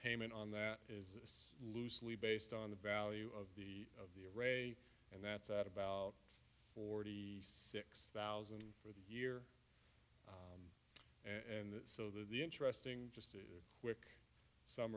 payment on that is loosely based on the value of the of the a rate and that's at about forty six thousand for the year and so the interesting just a quick s